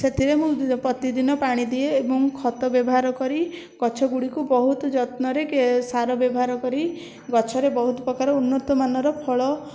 ସେଥିରେ ମୁଁ ପ୍ରତିଦିନ ପାଣି ଦିଏ ଏବଂ ଖତ ବ୍ୟବହାର କରି ଗଛଗୁଡ଼ିକୁ ବହୁତ ଯତ୍ନରେ କେ ସାର ବ୍ୟବହାର କରି ଗଛରେ ବହୁତ ପ୍ରକାର ଉନ୍ନତମାନର ଫଳ